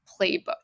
Playbook